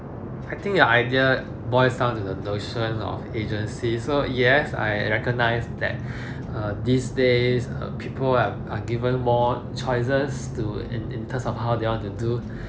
I think your idea boils to the notion of agency so yes I recognize that err these days err people are are given more choices to in in terms of how they want to do